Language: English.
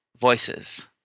voices